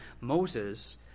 Moses